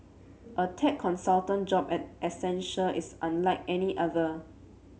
a tech consultant job at Accenture is unlike any other